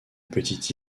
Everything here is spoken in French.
petite